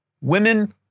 women